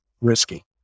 risky